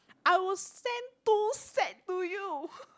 I will send two set to you